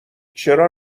چرا